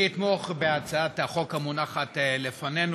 אני אתמוך בהצעת החוק המונחת לפנינו,